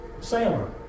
sailor